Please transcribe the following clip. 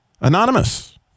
Anonymous